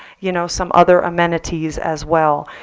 you know some other amenities as well.